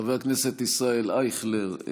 חבר הכנסת ישראל אייכלר,